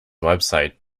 website